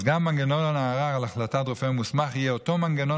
אז גם מנגנון הערר על החלטת רופא מוסמך יהיה אותו מנגנון